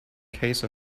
case